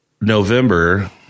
November